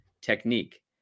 technique